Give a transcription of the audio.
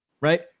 right